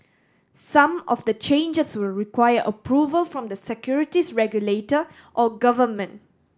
some of the changes will require approval from the securities regulator or government